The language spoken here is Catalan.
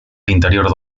l’interior